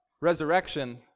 resurrection